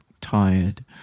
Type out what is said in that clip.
tired